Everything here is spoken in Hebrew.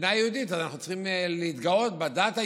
ובמדינה יהודית אנחנו צריכים להתגאות בדת היהודית.